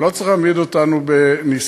ולא צריך להעמיד אותנו בניסיון.